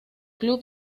club